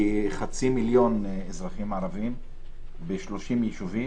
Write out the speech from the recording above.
כחצי מיליון אזרחים ערבים ב-30 ישובים